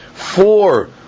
Four